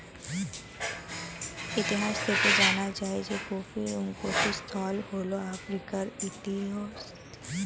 ইতিহাস থেকে জানা যায় যে কফির উৎপত্তিস্থল হল আফ্রিকার ইথিওপিয়া